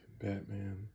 Batman